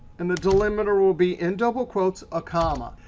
and the delimiter will be in double quotes, a comma.